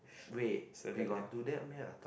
wait we got do that meh I thought